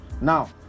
Now